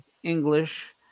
English